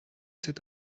cet